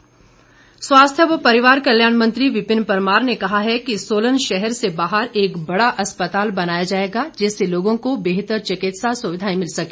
विपिन परमार स्वास्थ्य व परिवार कल्याण मंत्री विपिन परमार ने कहा है कि सोलन शहर से बाहर एक बड़ा अस्पताल बनाया जाएगा जिससे लोगों को बेहतर चिकित्सा सुविधाएं मिल सके